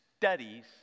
studies